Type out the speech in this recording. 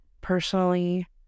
personally